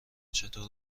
چطور